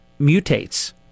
mutates